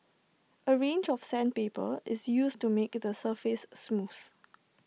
A range of sandpaper is used to make the surface smooth